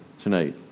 tonight